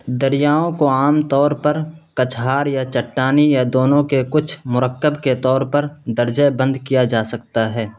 دریاؤں کو عام طور پر کچھار یا چٹانی یا دونوں کے کچھ مرکب کے طور پر درجہ بند کیا جا سکتا ہے